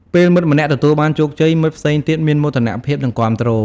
ពេលមិត្តម្នាក់ទទួលបានជោគជ័យ មិត្តផ្សេងទៀតមានមោទនភាព និងគាំទ្រ។